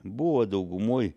buvo daugumoj